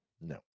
No